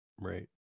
Right